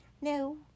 No